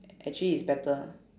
actually it's better ah